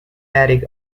attic